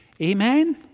Amen